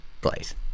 place